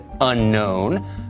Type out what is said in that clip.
Unknown